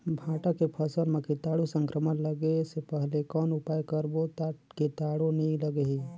भांटा के फसल मां कीटाणु संक्रमण लगे से पहले कौन उपाय करबो ता कीटाणु नी लगही?